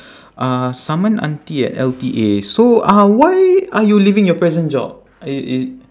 uh saman auntie at L_T_A so uh why are you leaving your present job i~ is